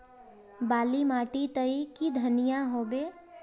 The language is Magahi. बाली माटी तई की धनिया होबे?